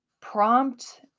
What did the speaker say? prompt